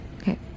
Okay